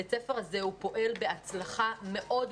בית הספר הזה פועל בהצלחה מאוד גדולה.